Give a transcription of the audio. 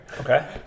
okay